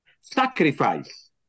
sacrifice